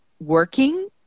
working